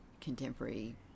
contemporary